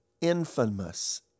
infamous